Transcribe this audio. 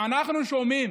אנחנו שומעים